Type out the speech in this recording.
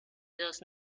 dos